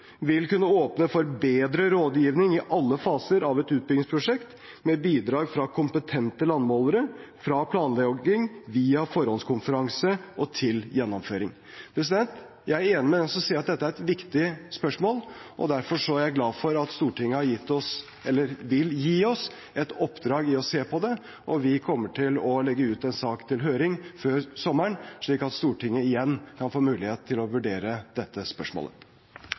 vil kunne åpne for bedre rådgivning i alle faser av et utbyggingsprosjekt, med bidrag fra kompetente landmålere, fra planlegging via forhåndskonferanse til gjennomføring. Jeg er enig med dem som sier at dette er et viktig spørsmål. Derfor er jeg glad for at Stortinget vil gi oss et oppdrag om å se på det, og vi kommer til å sende ut en sak på høring før sommeren, slik at Stortinget igjen kan få mulighet til å vurdere dette spørsmålet.